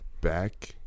back